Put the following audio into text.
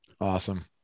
Awesome